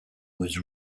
was